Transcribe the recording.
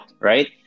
right